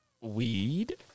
Weed